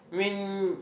mean